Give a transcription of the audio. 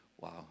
wow